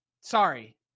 Sorry